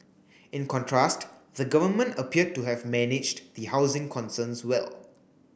in contrast the government appeared to have managed the housing concerns well